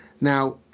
now